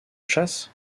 chasse